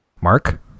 Mark